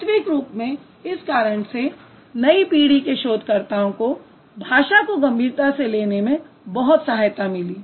वास्तविक रूप में इस कारण से नयी पीढ़ी के शोधकर्ताओं को भाषा को गंभीरता से लेने में बहुत सहायता मिली